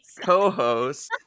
co-host